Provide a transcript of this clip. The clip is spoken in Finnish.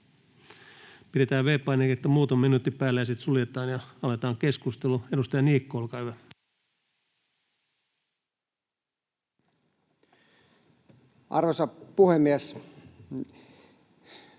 Pidetään V-painiketta muutama minuutti päällä ja sitten suljetaan. — Aloitetaan keskustelu. Edustaja Niikko, olkaa hyvä. Arvoisa puhemies!